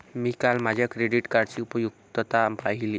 मी काल माझ्या क्रेडिट कार्डची उपयुक्तता पाहिली